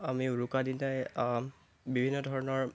আমি উৰুকা দিনাই বিভিন্ন ধৰণৰ